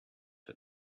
her